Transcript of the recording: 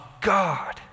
God